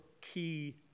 key